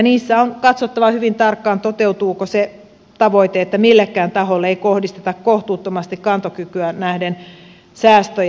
niissä on katsottava hyvin tarkkaan toteutuuko se tavoite että millekään taholle ei kohdisteta kohtuuttomasti kantokykyyn nähden säästöjä